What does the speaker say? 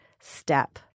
step